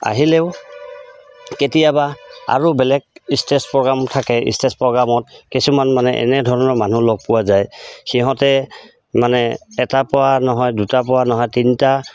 আহিলেও কেতিয়াবা আৰু বেলেগ ষ্টেজ প্ৰগ্ৰাম থাকে ষ্টেজ প্ৰগ্ৰামত কিছুমান মানে এনেধৰণৰ মানুহ লগ পোৱা যায় সিহঁতে মানে এটা পৰা নহয় দুটা পৰা নহয় তিনিটা